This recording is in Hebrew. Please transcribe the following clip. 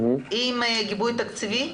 היא עם גיבוי תקציבי?